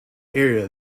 area